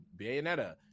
Bayonetta